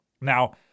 Now